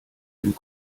dem